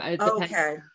Okay